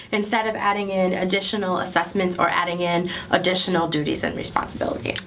instead of adding in additional assessments or adding in additional duties and responsibilities.